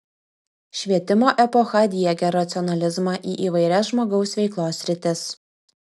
švietimo epocha diegė racionalizmą į įvairias žmogaus veiklos sritis